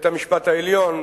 בית-המשפט העליון,